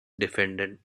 defendant